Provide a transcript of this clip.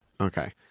okay